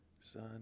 son